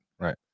Right